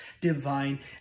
divine